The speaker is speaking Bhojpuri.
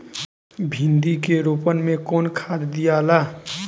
भिंदी के रोपन मे कौन खाद दियाला?